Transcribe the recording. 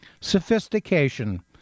sophistication